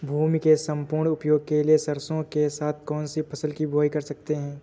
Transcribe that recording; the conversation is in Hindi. भूमि के सम्पूर्ण उपयोग के लिए सरसो के साथ कौन सी फसल की बुआई कर सकते हैं?